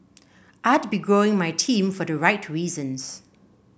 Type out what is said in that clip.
I'd be growing my team for the right reasons